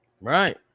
Right